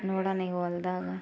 ನೋಡೋಣ ಈಗ ಹೊಲದಾಗ